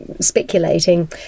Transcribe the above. speculating